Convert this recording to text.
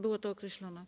Było to określone.